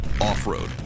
Off-road